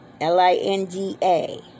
L-I-N-D-A